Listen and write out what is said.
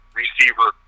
receiver